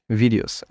videos